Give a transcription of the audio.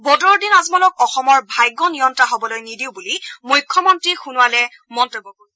বদৰূদ্দিন আজমলক অসমৰ ভাগ্য নিয়ন্তা হবলৈ নিদিও বুলিও মুখ্যমন্ত্ৰী সোণোৱালে মন্তব্য কৰিছে